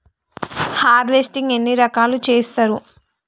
Harvesting ఎన్ని రకాలుగా చేస్తరు?